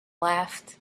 laughed